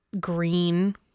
green